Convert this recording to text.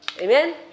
Amen